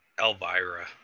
Elvira